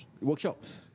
workshops